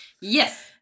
Yes